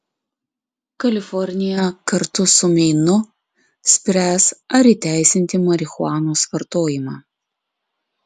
kalifornija kartu su meinu spręs ar įteisinti marihuanos vartojimą